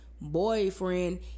boyfriend